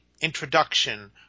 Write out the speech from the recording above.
introduction